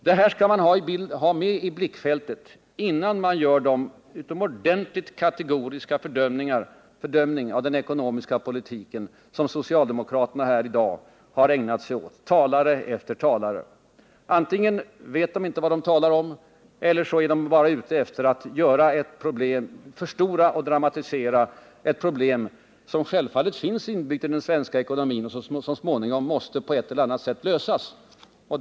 Detta skall man ha med i blickfältet innan man så kategoriskt fördömer den ekonomiska politiken, vilket socialdemokraterna — talare efter talare — i dag har ägnat sig åt. Antingen vet de inte vad de talar om eller också är de bara ute efter att förstora och dramatisera ett problem, som självfallet finns inbyggt i den svenska ekonomin och som så småningom på ett eller annat sätt måste lösas.